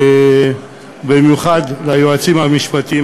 במיוחד ליועצים המשפטיים,